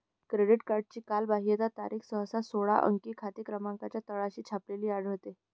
credit कार्डची कालबाह्यता तारीख सहसा सोळा अंकी खाते क्रमांकाच्या तळाशी छापलेली आढळते